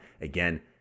Again